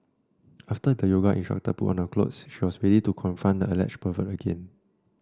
after the yoga instructor put on her clothes she was ready to confront the alleged pervert again